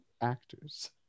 actors